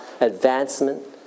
advancement